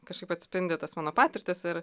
kažkaip atspindi tas mano patirtis ir